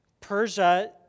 Persia